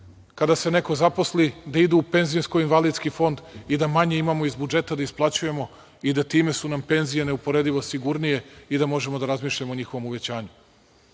kada se neko zaposli da idu u Penzijsko-invalidski fond i da manje imamo iz budžeta da isplaćujemo i da su nam time penzije neuporedivo sigurnije i da možemo da razmišljamo o njihovom uvećanju. Zato